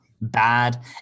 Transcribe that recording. bad